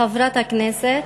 חברת הכנסת,